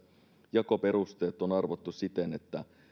jakoperusteet on on arvottu siten että